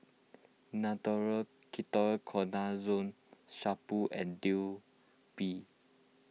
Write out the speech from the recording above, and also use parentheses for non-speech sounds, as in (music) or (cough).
Nutren Ketoconazole Shampoo and (unintelligible) Bee